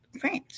France